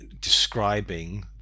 describing